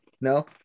No